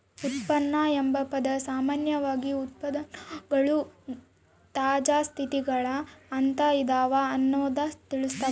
ಉತ್ಪನ್ನ ಎಂಬ ಪದ ಸಾಮಾನ್ಯವಾಗಿ ಉತ್ಪನ್ನಗಳು ತಾಜಾ ಸ್ಥಿತಿಗ ಅಂತ ಇದವ ಅನ್ನೊದ್ದನ್ನ ತಿಳಸ್ಸಾವ